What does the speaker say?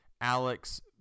Alex